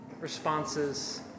responses